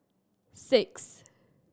six